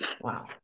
wow